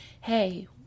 hey